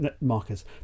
markers